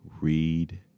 read